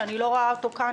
שאני לא רואה אותו כאן,